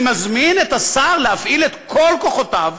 אני מזמין את השר להפעיל את כל כוחותיו,